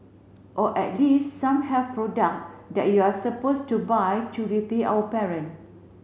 or at least some health product that you're supposed to buy to repay our parent